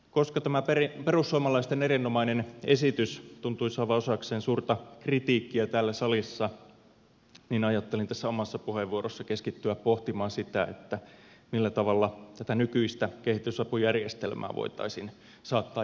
koska tämä perussuomalaisten erinomainen esitys tuntui saavan osakseen suurta kritiikkiä täällä salissa ajattelin tässä omassa puheenvuorossani keskittyä pohtimaan sitä millä tavalla tätä nykyistä kehitysapujärjestelmää voitaisiin saattaa järkevämmälle tolalle